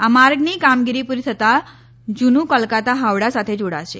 આ માર્ગની કામગીરી પૂરી થતા જુનું કોલકતા હાવડા સાથે જોડાશે